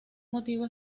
motivo